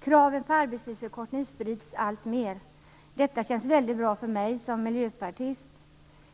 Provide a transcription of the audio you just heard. Kravet på arbetstidsförkortning sprids alltmer. Detta känns bra för mig som miljöpartist.